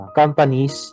companies